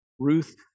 Ruth